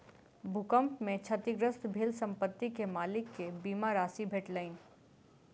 भूकंप में क्षतिग्रस्त भेल संपत्ति के मालिक के बीमा राशि भेटलैन